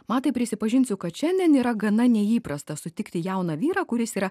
matai prisipažinsiu kad šiandien yra gana neįprasta sutikti jauną vyrą kuris yra